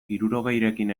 hirurogeirekin